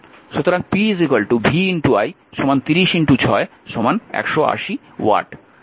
সুতরাং p v i 30 6 180 watt